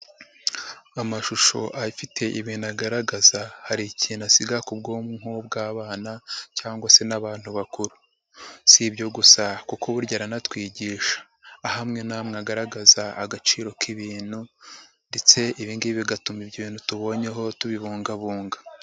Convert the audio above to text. Amashusho afite ibintu agaragaza hari ikintu asiga ku bwonko bw'abana cyangwa se n'abantu bakuru, si ibyo gusa kuko burya aranatwigisha, aho amwe n'amwe agaragaza agaciro k'ibintu ndetse ibi ngibi bigatuma ibyo bintu tubonyeho tubibungabunga.